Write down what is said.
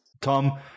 Tom